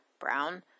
brown